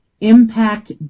impact